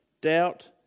Doubt